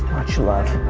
much love.